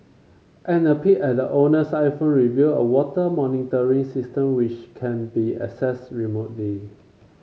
and a peek at the owner's iPhone reveal a water monitoring system which can be access remotely